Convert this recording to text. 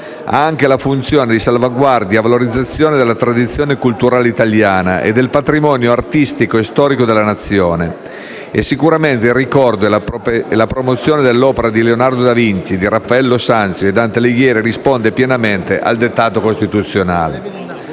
ha anche la funzione di salvaguardia e valorizzazione della tradizione culturale italiana e del patrimonio artistico e storico della Nazione e sicuramente il ricordo e la promozione dell'opera di Leonardo da Vinci, Raffaello Sanzio e Dante Alighieri rispondono pienamente al dettato costituzionale.